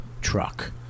truck